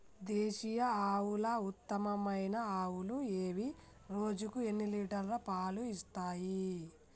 దేశీయ ఆవుల ఉత్తమమైన ఆవులు ఏవి? రోజుకు ఎన్ని లీటర్ల పాలు ఇస్తాయి?